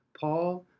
Paul